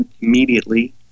immediately